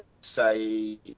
say